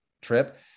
trip